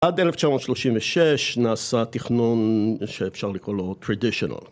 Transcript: עד 1936 נעשה תכנון שאפשר לקרוא לו traditional